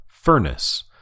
Furnace